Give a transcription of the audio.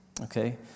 okay